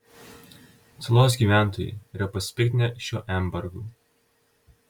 salos gyventojai yra pasipiktinę šiuo embargu